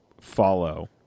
follow